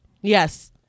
yes